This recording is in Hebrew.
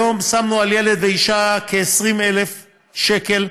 היום שמנו על ילד ואישה כ-20,000 שקל.